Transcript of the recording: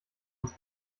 uns